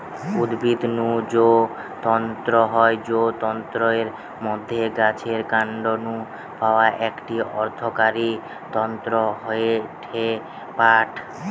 উদ্ভিদ নু যৌ তন্তু হয় সৌ তন্তুর মধ্যে গাছের কান্ড নু পাওয়া একটি অর্থকরী তন্তু হয়ঠে পাট